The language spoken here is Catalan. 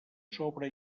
sobre